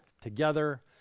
together